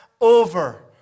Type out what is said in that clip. over